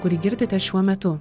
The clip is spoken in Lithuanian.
kurį girdite šiuo metu